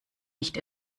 nicht